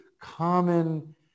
common